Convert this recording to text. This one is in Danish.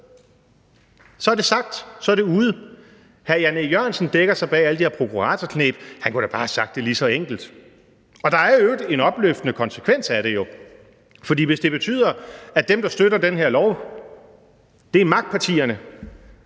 Så er det sagt, så er det ude. Hr. Jan E. Jørgensen dækker sig bag alle de her prokuratorkneb. Han kunne da bare have sagt det lige så enkelt. Der er i øvrigt en opløftende konsekvens af det, for hvis det betyder, at dem, der støtter den her lov, er magtpartierne,